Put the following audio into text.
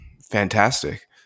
fantastic